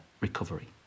recovery